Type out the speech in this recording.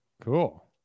Cool